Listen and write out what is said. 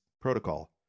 protocol